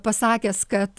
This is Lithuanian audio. pasakęs kad